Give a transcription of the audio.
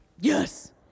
Yes